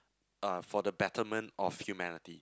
uh for the betterment of humanity